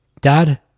Dad